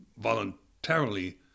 voluntarily